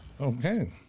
okay